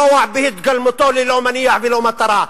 רוע בהתגלמותו ללא מניע וללא מטרה,